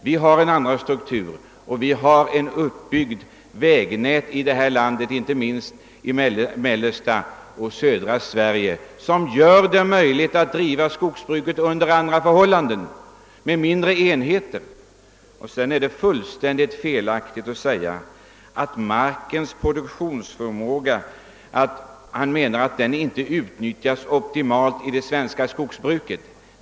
Vi har en annan struktur med ett uppbyggt vägnät inte minst i södra och mellersta Sverige, vilket gör det möjligt att driva skogsbruket under andra förhållanden och med mindre enheter. Det är vidare helt felaktigt att säga att markens produktion inte utnyttjas optimalt i det svenska skogsbruket.